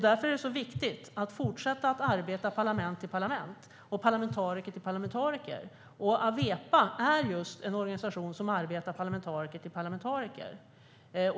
Därför är det viktigt att fortsätta att arbeta parlament till parlament och parlamentariker till parlamentariker. Awepa är just en organisation som arbetar parlamentariker till parlamentariker.